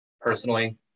personally